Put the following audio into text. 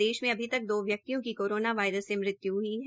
प्रदेश में अभी तक दो व्यक्ति की कोरोना वायरस से मृत्यु ह्ई है